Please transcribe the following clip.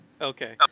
Okay